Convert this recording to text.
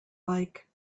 like